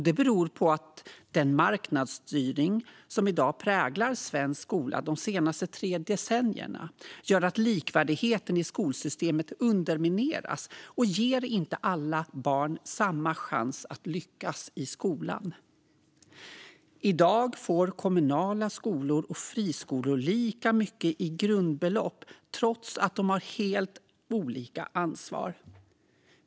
Det beror på att den marknadsstyrning som i dag präglar svensk skola och har gjort så under de senaste tre decennierna gör att likvärdigheten i skolsystemet undermineras, och den ger inte alla barn samma chans att lyckas i skolan. I dag får kommunala skolor och friskolor lika mycket i grundbelopp, trots att de har helt olika ansvar.